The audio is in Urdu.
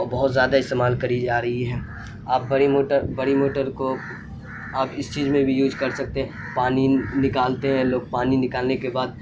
بہت زیادہ استعمال کری جا رہی ہے آپ بڑی موٹر بڑی موٹر کو آپ اس چیز میں بھی یوج کر سکتے ہیں پانی نکالتے ہیں لوگ پانی نکالنے کے بعد